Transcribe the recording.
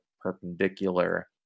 perpendicular